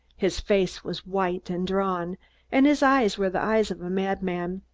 his face was white and drawn and his eyes were the eyes of a madman.